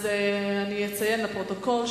אז אני אציין לפרוטוקול,